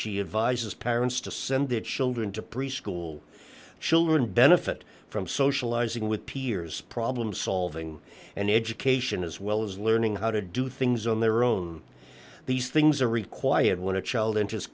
she advises parents to send their children to preschool children benefit from socializing with peers problem solving and education as well as learning how to do things on their own these things are required when a child